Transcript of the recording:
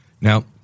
Now